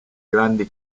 grandi